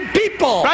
people